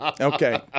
Okay